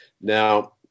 now